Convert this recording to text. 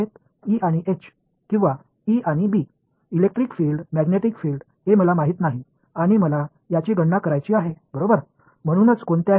E மற்றும் H அல்லது E மற்றும் B மின்சார புலம் காந்தப்புலம் இது எனக்குத் தெரியாது நான் கணக்கிட விரும்புகிறேன்